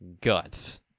guts